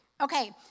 Okay